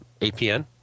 APN